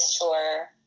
tour